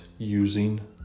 using